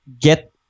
get